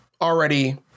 already